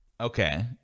Okay